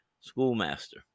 Schoolmaster